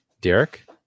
Derek